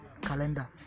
calendar